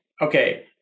okay